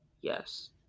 yes